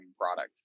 product